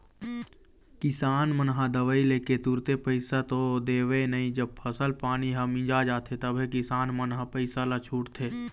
किसान मन ह दवई लेके तुरते पइसा तो देवय नई जब फसल पानी ह मिंजा जाथे तभे किसान मन ह पइसा ल छूटथे